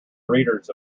readers